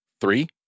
Three